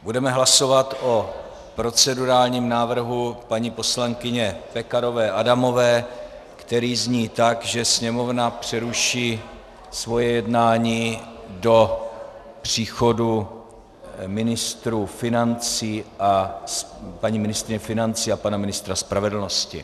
Budeme hlasovat o procedurálním návrhu paní poslankyně Pekarové Adamové, který zní tak, že Sněmovna přeruší svoje jednání do příchodu paní ministryně financí a pana ministra spravedlnosti.